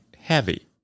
heavy